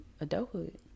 adulthood